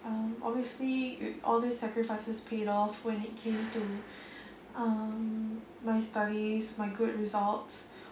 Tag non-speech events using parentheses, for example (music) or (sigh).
um obviously all these sacrifices paid off when it came to (breath) um my studies my good results